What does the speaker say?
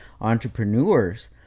entrepreneurs